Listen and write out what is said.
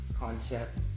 Concept